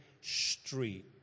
Street